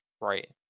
Right